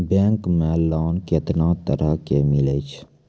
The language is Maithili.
बैंक मे लोन कैतना तरह के मिलै छै?